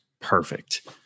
perfect